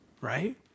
right